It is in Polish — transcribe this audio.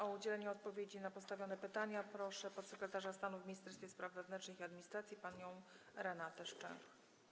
O udzielenie odpowiedzi na postawione pytania proszę podsekretarz stanu w Ministerstwie Spraw Wewnętrznych i Administracji panią Renatę Szczęch.